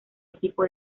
equipo